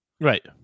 Right